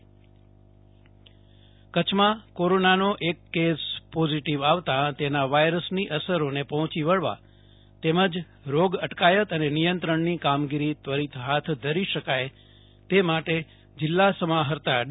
જયદિપ વૈષ્ણવ કચ્છમાં લોકડાઉન કચ્છમાં કોરોનાનો એક કેસ પોઝીટીવ આવતા તેના વાયરસની અસરોને પહોંચી વળવા તેમજ રોગ અટકાયત અને નિયંત્રણની કામગીરી ત્વરીત હાથ ધરી શકાય તે માટે જીલ્લા સમાહર્તા ડી